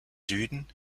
süden